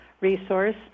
resource